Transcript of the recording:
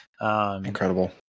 Incredible